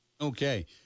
Okay